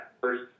First